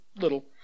little